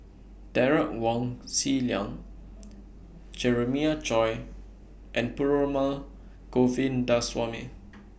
Derek Wong Zi Liang Jeremiah Choy and Perumal Govindaswamy